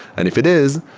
and if it is,